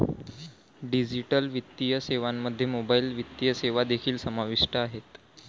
digital वित्तीय सेवांमध्ये mobile वित्तीय सेवा देखील समाविष्ट आहेत